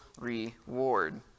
reward